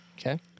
Okay